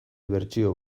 bertsio